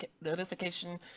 notification